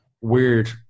weird